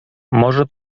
może